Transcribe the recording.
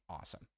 awesome